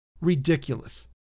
ridiculous